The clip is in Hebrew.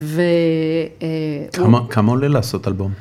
ו... כמה, כמה עולה לעשות אלבום?